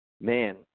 Man